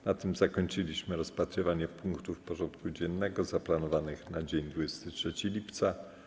Na tym zakończyliśmy rozpatrywanie punktów porządku dziennego zaplanowanych na dzień 23 lipca.